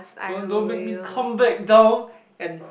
don't don't make me come back down and